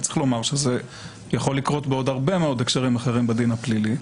אבל צריך לומר שזה יכול לקרות בעוד הרבה מאוד הקשרים אחרים בדין הפלילי